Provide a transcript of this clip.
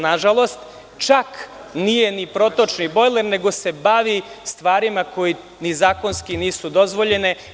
Nažalost, čak nije ni protočni bojler, nego se bavi stvarima koje ni zakonski nisu dozvoljene.